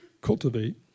cultivate